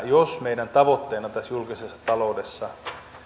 jos meidän tavoitteenamme tässä julkisessa taloudessa